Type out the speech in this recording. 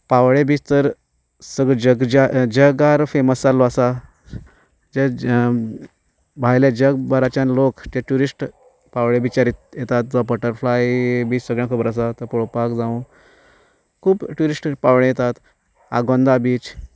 कावळें beach तर सगळें जग फॅमस जाल्लो आसा भायल्या जगभरच्यान लोक जे ट्युरिस्ट कावळें बीचार येतात जो बटरफ्लाय बीच सगळ्यांक खबर आसा तो पळोवपाक जावं खूब ट्युरिस्ट पावळें येतात आगोंदा बीच